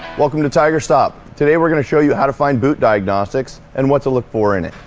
welcome to tigerstop. today we're gonna show you how to find boot diagnostics and what to look for in it.